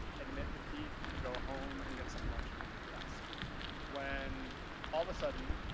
admit defeat, go home, and get some much needed rest when all of a sudden,